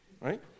right